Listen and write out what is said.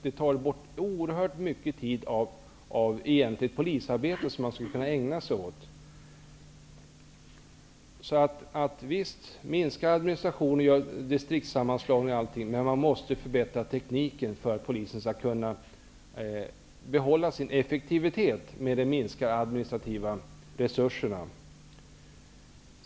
Det tar bort oerhört mycket tid som man skulle kunna ägna åt egentligt polisarbete. Visst, minska administrationen och gör distriktssammanslagningar! Men tekniken måste förbättras för att polisen skall kunna behålla sin effektivitet med minskade administrativa resurser.